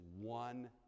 one